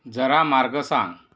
जरा मार्ग सांग